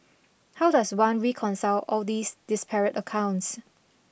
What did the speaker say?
how does one reconcile all these disparate accounts